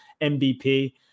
MVP